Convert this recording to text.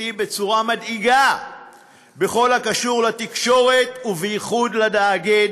בצורה מדאיגה בכל הקשור לתקשורת ובייחוד לתאגיד,